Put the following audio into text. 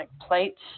plates